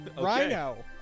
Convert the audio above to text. Rhino